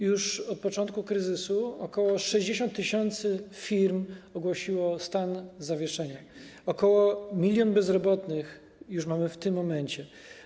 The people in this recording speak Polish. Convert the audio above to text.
Już od początku kryzysu ok. 60 tys. firm ogłosiło stan zawieszenia, już ok. 1 mln bezrobotnych mamy w tym momencie.